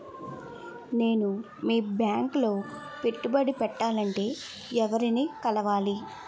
నేను మీ బ్యాంక్ లో పెట్టుబడి పెట్టాలంటే ఎవరిని కలవాలి?